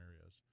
areas